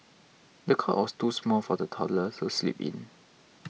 the cot was too small for the toddler to sleep in